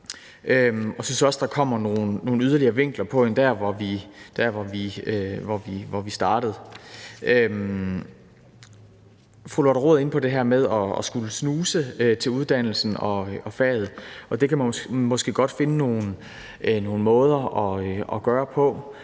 jeg synes også, der kommer nogle yderligere vinkler på i forhold til der, hvor vi startede. Fru Lotte Rod er inde på det her med at skulle snuse til uddannelsen og faget, og det kan man måske godt finde nogle måder at gøre på,